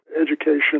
education